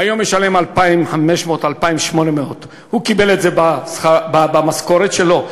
היום הוא ישלם 2,500 2,800. הוא קיבל את זה במשכורת שלו?